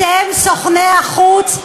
אתם סוכני החוץ,